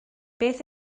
beth